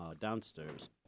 downstairs